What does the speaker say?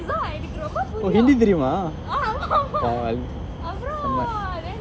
ஹிந்தி தெரியுமா:hinthi theriyuma